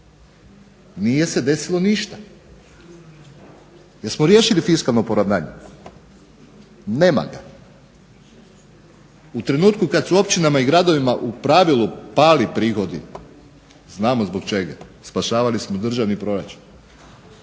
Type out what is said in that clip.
Nije se desilo ništa. Jesmo riješili fiskalno poravnanje, nema ga. U trenutku kad su općinama i gradovima u pravilu pali prihodi, znamo zbog čega, spašavali smo državni proračun,